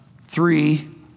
three